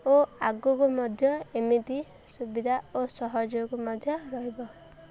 ଓ ଆଗକୁ ମଧ୍ୟ ଏମିତି ସୁବିଧା ଓ ସହଯୋଗ ମଧ୍ୟ ରହିବ